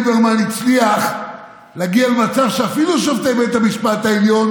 ליברמן הצליח להגיע למצב שאפילו שופטי בית המשפט העליון